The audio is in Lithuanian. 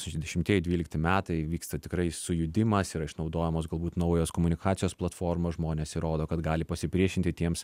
šešiasdešimtieji dvylikti metai vyksta tikrai sujudimas yra išnaudojamos galbūt naujos komunikacijos platformos žmonės įrodo kad gali pasipriešinti tiems